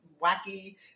wacky